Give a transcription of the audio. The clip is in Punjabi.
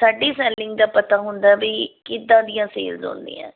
ਸਾਡੀ ਸੈਲਿੰਗ ਦਾ ਪਤਾ ਹੁੰਦੀ ਵੀ ਕਿੱਦਾਂ ਦੀਆਂ ਸੇਲਸ ਹੁੰਦੀਆਂ ਹੈ